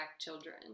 children